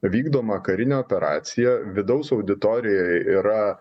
vykdoma karinė operacija vidaus auditorijai yra